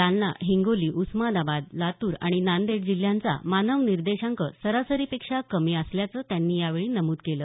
जालना हिंगोली उस्मानाबाद लातूर आणि नांदेड जिल्ह्यांचा मानव निर्देशांक सरासरीपेक्षा कमी असल्याचं त्यांनी यावेळी नमूद केलं